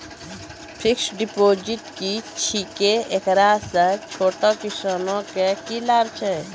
Fixed deposit की छिकै, एकरा से छोटो किसानों के की लाभ छै?